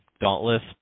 Dauntless